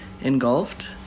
engulfed